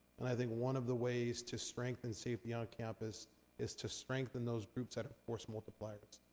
and i think one of the ways to strengthen safety on campus is to strengthen those groups that are force multipliers.